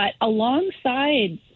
alongside